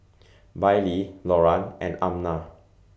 Bailee Loran and Amna